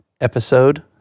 episode